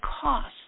cost